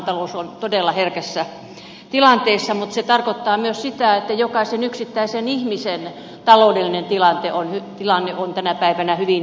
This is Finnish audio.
maailmantalous on todella herkässä tilanteessa mutta se tarkoittaa myös sitä että jokaisen yksittäisen ihmisen taloudellinen tilanne on tänä päivänä hyvin epävarma